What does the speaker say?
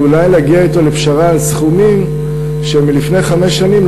ואולי להגיע אתו לפשרה על סכומים שמלפני חמש שנים,